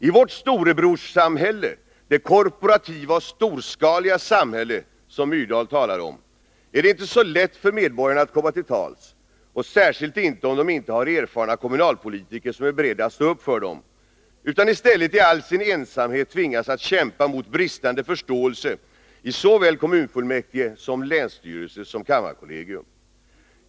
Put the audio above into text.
I vårt storebrorssamhälle — det korporativa och storskaliga samhälle som Myrdal talar om — är det inte så lätt för medborgarna att komma till tals, och särskilt inte om de inte har erfarna kommunalpolitiker, som är beredda att stå upp för dem, utan i stället i all sin ensamhet tvingas att kämpa mot bristande förståelse i såväl kommunfullmäktige som länsstyrelse och kammarkollegium.